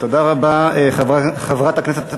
תודה רבה, חברת הכנסת קריב.